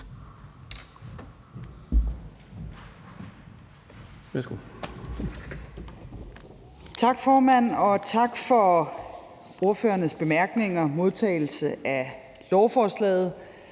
Tak, formand. Og tak for ordførernes bemærkninger og modtagelsen af lovforslaget,